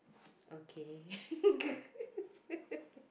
okay